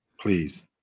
please